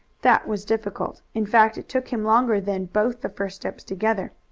that was difficult. in fact it took him longer than both the first steps together.